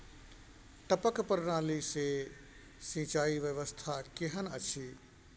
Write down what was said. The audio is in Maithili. टपक प्रणाली से सिंचाई व्यवस्था केहन अछि?